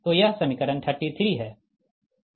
तो यह समीकरण 33 है